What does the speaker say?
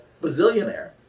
bazillionaire